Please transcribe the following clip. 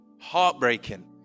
Heartbreaking